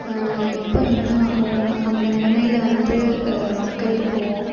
எப்போ என்ன ஆகும் அந்த நிலமையில வந்து மக்கள் இப்போது